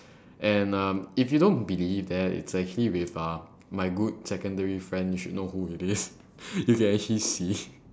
uh and um if you don't believe that it's actually with my good secondary friend you should know who it is you can actually see it